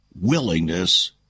willingness